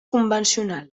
convencional